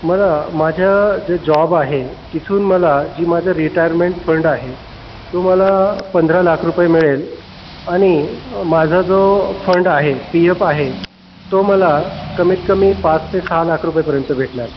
मला माझा जो जॉब आहे तिथून मला जी माझं रिटायरमेंट फंड आहे तो मला पंधरा लाख रुपये मिळेल आणि माझा जो फंड आहे पी एप आहे तो मला कमीतकमी पाच ते सहा लाख रुपयेपर्यंत भेटणार